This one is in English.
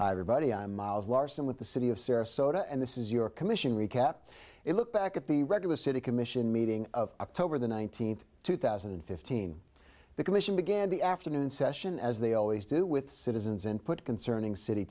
am everybody i'm miles larson with the city of sarasota and this is your commission recap it look back at the regular city commission meeting of october the nineteenth two thousand and fifteen the commission began the afternoon session as they always do with citizens and put concerning city